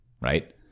right